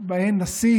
שבהם לנשיא